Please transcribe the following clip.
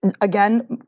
Again